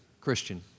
Christian